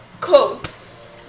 clothes